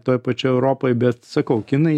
toj pačioj europoj bet sakau kinai